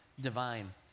divine